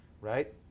right